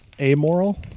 amoral